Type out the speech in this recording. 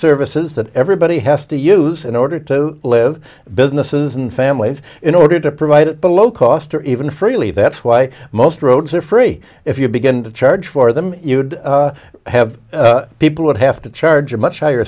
services that everybody has to use in order to live businesses and families in order to provide at below cost or even freely that's why most roads are free if you begin to charge for them you'd have people would have to charge a much higher